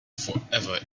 forever